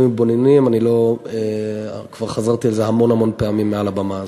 ובינוניים כבר חזרתי על זה המון פעמים מעל הבמה הזאת.